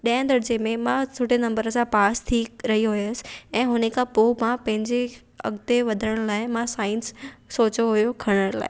ॾहे दर्जे में मां सुठे नंबर सां पास थी रही हुअसि ऐं हुनखां पोइ मां पंहिंजे अॻिते वधण लाइ मां साइंस सोचियो हुओ खणण लाइ